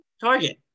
target